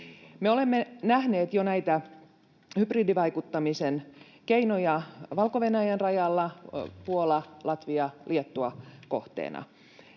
olemme nähneet jo näitä hybridivaikuttamisen keinoja Valko-Venäjän rajalla kohteena Puola, Latvia, Liettua.